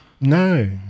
No